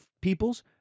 peoples